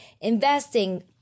investing